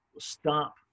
stop